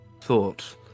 thought